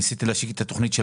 ניסיתי להשיק את התכנית של